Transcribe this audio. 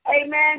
Amen